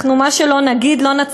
אנחנו, מה שלא נגיד, נכון.